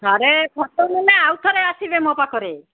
ଥରେ ଫୋଟ ନେଲେ ଆଉ ଥରେ ଆସିବେ ମୋ ପାଖରେ